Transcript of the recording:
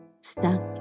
Stuck